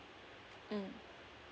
mm